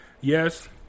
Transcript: yes